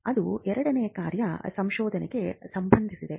ಅದು ಎರಡನೇ ಕಾರ್ಯ ಸಂಶೋಧನೆಗೆ ಸಂಬಂಧಿಸಿದೆ